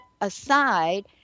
aside